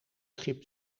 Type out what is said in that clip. schip